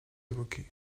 évoquez